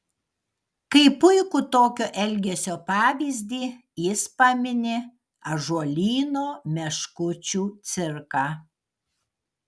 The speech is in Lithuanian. kaip puikų tokio elgesio pavyzdį jis pamini ąžuolyno meškučių cirką